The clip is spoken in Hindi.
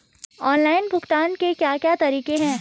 ऑनलाइन भुगतान के क्या क्या तरीके हैं?